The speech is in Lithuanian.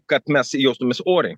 kad mes jaustumės oriai